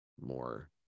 more